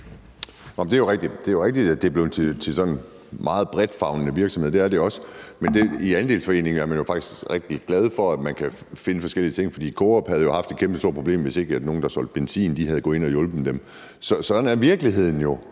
Det er jo rigtigt, at det er blevet til sådan en meget bredtfavnende virksomhed, og det er det også. I andelsforeninger er man jo faktisk rigtig glade for, at man kan finde forskellige ting, for Coop havde jo haft et kæmpestort problem, hvis ikke nogen, der solgte benzin, var gået ind og hjulpet dem. Sådan er virkeligheden jo: